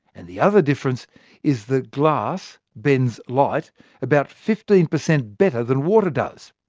and the other difference is that glass bends light about fifteen per cent better than water does.